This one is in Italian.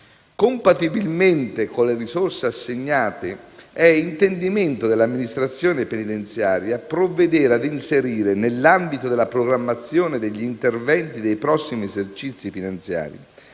Compatibilmente con le risorse assegnate è intendimento dell'Amministrazione penitenziaria provvedere ad inserire, nell'ambito della programmazione degli interventi dei prossimi esercizi finanziari,